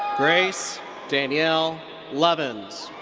grace danielle lovins.